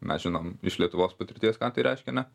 mes žinom iš lietuvos patirties ką tai reiškia ane